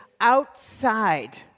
outside